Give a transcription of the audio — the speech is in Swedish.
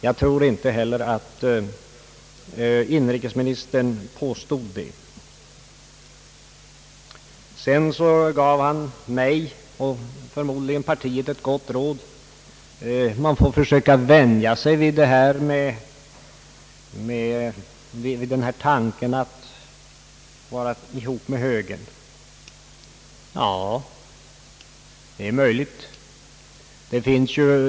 Jag tror inte heller att inrikesministern vill påstå det. Inrikesministern gav mig — och förmodligen partiet — ett gott råd, nämligen att vi får försöka vänja oss vi tanken att vara ihop med högern. Ja, det är möjligt.